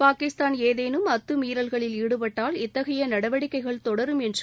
பாகிஸ்தான் ஏதேனும் அத்துமீறல்களில் ஈடுபட்டால் இத்தகைய நடவடிக்கைகள் தொடரும் என்றும்